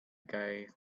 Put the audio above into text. guy